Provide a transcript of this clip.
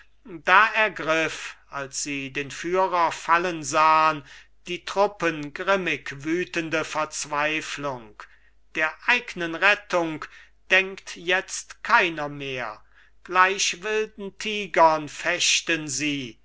da ergriff als sie den führer fallen sahn die truppen grimmig wütende verzweiflung der eignen rettung denkt jetzt keiner mehr gleich wilden tigern fechten sie